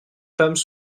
femmes